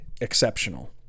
exceptional